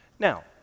Now